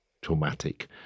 traumatic